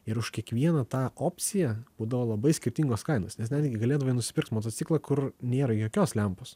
ir už kiekvieną tą opciją būdavo labai skirtingos kainos nes netgi galėdavai nusipirkt motociklą kur nėra jokios lempos